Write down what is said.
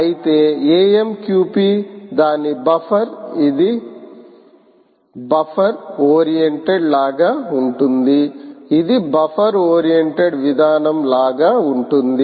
అయితే AMQP దాని buffer ఇది బఫర్ ఓరియెంటెడ్ లాగా ఉంటుంది ఇది బఫర్ ఓరియెంటెడ్ విధానం లాగా ఉంటుంది